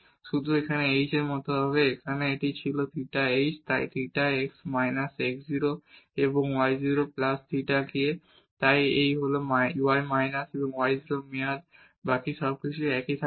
শুধু এই h এর মত হবে এখানে এটি ছিল থিটা h তাই থিটা x মাইনাস x 0 এবং y 0 প্লাস থিটা k তাই এই হল y মাইনাস y 0 মেয়াদ বাকি সবকিছু একই থাকবে